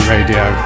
Radio